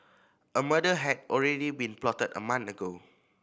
a murder had already been plotted a month ago